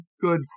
good